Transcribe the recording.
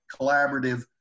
collaborative